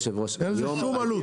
אין פה שום עלות.